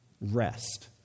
rest